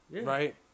right